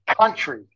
country